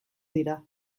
dira